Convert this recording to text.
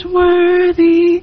worthy